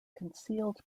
concealed